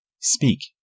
Speak